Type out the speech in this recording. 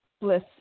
Bliss